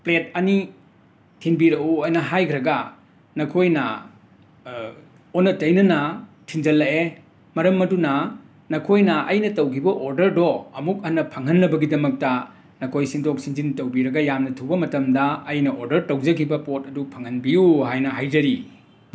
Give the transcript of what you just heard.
plate ꯑꯅꯤ ꯊꯤꯟꯕꯤꯔꯛꯎ ꯑꯅ ꯍꯥꯏꯈ꯭ꯔꯒ ꯅꯈꯣꯏꯅ ꯑꯣꯟꯅ ꯇꯩꯅꯅ ꯊꯤꯟꯖꯜꯂꯛꯑꯦ ꯃꯔꯝ ꯑꯗꯨꯅ ꯅꯈꯣꯏꯅ ꯑꯩꯅ ꯇꯧꯈꯤꯕ ꯑꯣꯔꯗꯔꯗꯣ ꯑꯃꯨꯛ ꯍꯟꯅ ꯐꯪꯍꯟꯅꯕꯒꯤꯗꯃꯛꯇ ꯅꯈꯣꯏ ꯁꯤꯟꯗꯣꯛ ꯁꯤꯟꯖꯤꯟ ꯇꯧꯕꯤꯔꯒ ꯌꯥꯝꯅ ꯊꯨꯕ ꯃꯇꯝꯗ ꯑꯩꯅ ꯑꯣꯔꯗꯔ ꯇꯧꯖꯈꯤꯕ ꯄꯣꯠ ꯑꯗꯨ ꯐꯪꯍꯟꯕꯤꯌꯨ ꯍꯥꯏꯅ ꯍꯥꯏꯖꯔꯤ